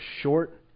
short